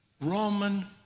Roman